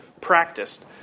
practiced